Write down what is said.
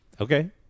Okay